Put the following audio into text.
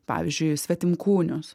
pavyzdžiui svetimkūnius